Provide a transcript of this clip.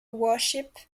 worship